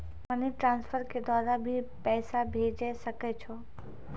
Money transfer के द्वारा भी पैसा भेजै सकै छौ?